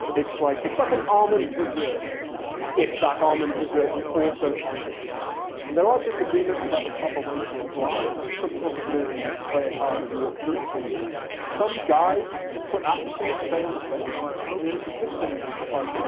it's like, it's like an almond dessert if that almond dessert was also trying to seduce you. there are disagreements about the proper way to apply. some people prefer the spray a cloud and walk through it technique some guys just put aftershave on the face and then if you kiss them it's like